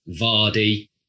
Vardy